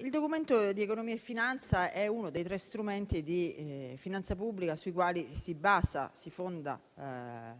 il Documento di economia e finanza è uno dei tre strumenti di finanza pubblica sui quali si fonda